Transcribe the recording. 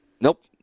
Nope